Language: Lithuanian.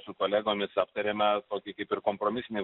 su kolegomis aptarėme tokį kaip ir kompromisinį